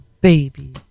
baby